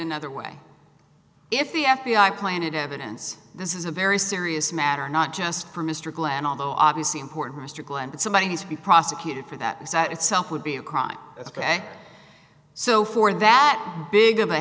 another way if the f b i planted evidence this is a very serious matter not just for mr glenn although obviously important mr glenn but somebody needs to be prosecuted for that is that itself would be a crime ok so for that big